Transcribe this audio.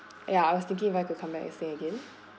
ya I was thinking if I could come back and stay again